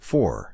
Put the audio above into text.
Four